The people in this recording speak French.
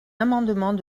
amendement